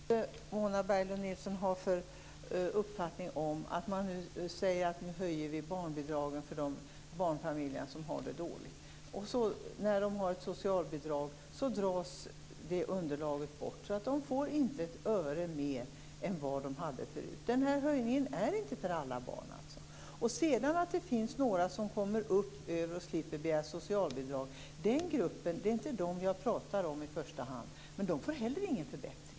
Fru talman! Jag återkommer till barnbidraget. Det är en väsentlig fråga. Jag undrar vilken uppfattning Mona Berglund Nilsson har när det gäller talet om att höja barnbidragen för de barnfamiljer som har det dåligt ställt. För dem som har socialbidrag dras det underlaget bort. De får alltså inte ett öre mer än vad de förut hade. Den här höjningen gäller således inte alla barn. Några hamnar så högt att de slipper begära socialbidrag, men det är inte den gruppen som jag i första hand avser. Inte heller den gruppen får ju någon förbättring.